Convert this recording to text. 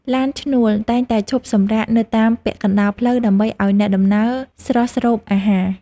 ឡានឈ្នួល តែងតែឈប់សម្រាកនៅតាមពាក់កណ្តាលផ្លូវដើម្បីឱ្យអ្នកដំណើរស្រស់ស្រូបអាហារ។